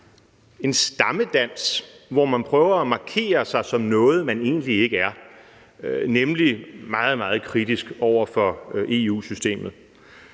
en stammedans, hvor man prøver at markere sig som noget, man egentlig ikke er, nemlig meget, meget kritisk over for EU-systemet.